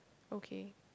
okay